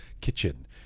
Kitchen